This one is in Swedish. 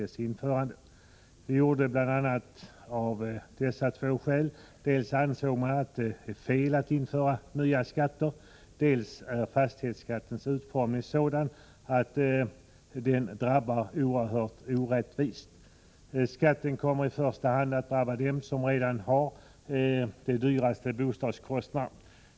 Vi gjorde det av bl.a. två skäl: dels ansåg vi att det är fel att införa nya skatter, dels är fastighetsskattens utformning sådan att den drabbar oerhört orättvist. Skatten kommer i första hand att drabba dem som har de högsta bostadskostnaderna.